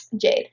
jade